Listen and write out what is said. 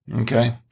okay